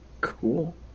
Cool